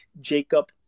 Jacob